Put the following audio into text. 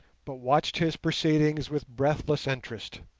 but watched his proceedings with breathless interest.